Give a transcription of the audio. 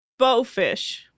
bowfish